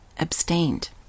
abstained